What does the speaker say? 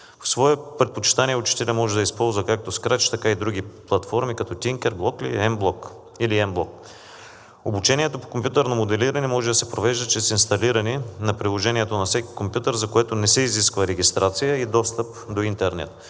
В свое предпочитание учителят може да използва както Scratch , така и други платформи, като Tinker, Blockly или mBlock. Обучението по компютърно моделиране може да се провежда чрез инсталиране на приложението на всеки компютър, за което не се изисква регистрация и достъп до интернет.